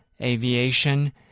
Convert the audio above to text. Aviation